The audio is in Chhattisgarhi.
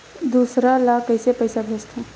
दूसरा ला कइसे पईसा भेजथे?